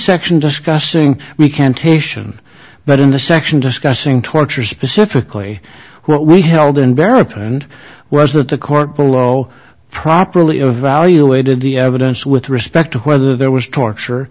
section discussing recantation but in the section discussing torture specifically what we held in barracks and was that the court below properly evaluated the evidence with respect to whether there was torture